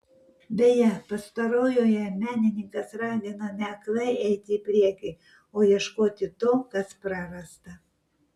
beje pastarojoje menininkas ragino ne aklai eiti į priekį o ieškoti to kas prarasta